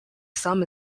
some